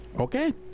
Okay